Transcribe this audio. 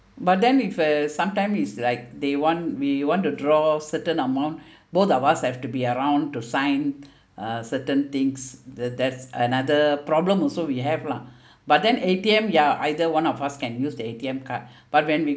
but then if uh sometime is like they want we want to draw certain amount both of us have to be around to sign uh certain things the that's another problem also we have lah but then A_T_M ya either one of us can use the A_T_M card but when we